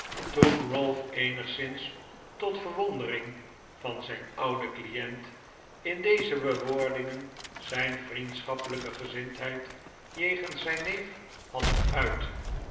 toen ralph eenigszins tot verwondering van zijn ouden client in deze bewoordingen zijn vrienschappelijke gezindheid jegens zijn neef had geuit